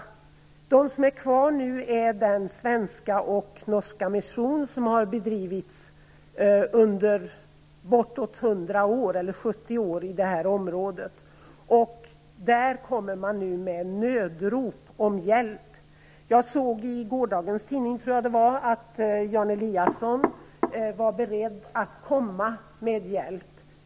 Vad som finns kvar är den svenska och den norska mission som har bedrivits under 70 år i det här området. Där kommer man nu med nödrop om hjälp. Jag såg i gårdagens tidning att Jan Eliasson är beredd att komma med hjälp.